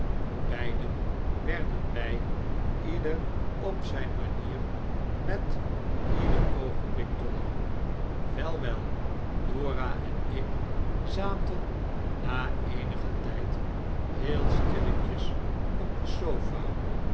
beiden werden wij ieder op zijn manier met ieder oogenblik dollar wei wel dora en ik zaten na eenigen tijd heel stilletjes op de sofa